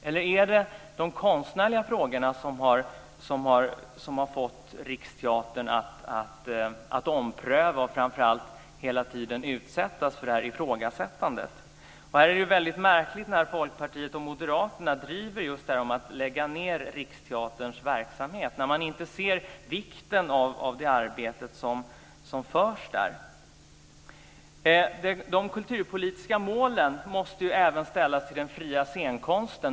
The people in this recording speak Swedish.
Eller är det de konstnärliga frågorna som har fått Riksteatern att ompröva och framför allt att hela tiden utsättas för ett ifrågasättande? Det är märkligt när Folkpartiet och Moderaterna driver frågan att lägga ned Riksteaterns verksamhet. Det är märkligt när man inte ser vikten av det arbete som utförs där. De kulturpolitiska målen måste även ställas upp när det gäller den fria scenkonsten.